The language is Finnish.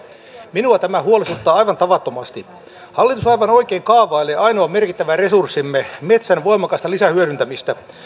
minua tämä huolestuttaa aivan tavattomasti hallitus aivan oikein kaavailee ainoan merkittävän resurssimme metsän voimakasta lisähyödyntämistä